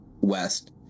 west